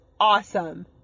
awesome